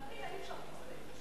למרינה אי-אפשר להסתייג.